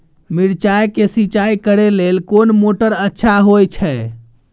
मिर्चाय के सिंचाई करे लेल कोन मोटर अच्छा होय छै?